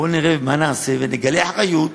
בואו נראה מה נעשה ונגלה אחריות